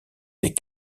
des